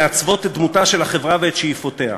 מעצבות את דמותה של החברה ואת שאיפותיה.